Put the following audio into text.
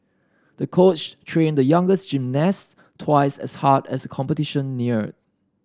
the coach trained the youngest gymnast twice as hard as competition neared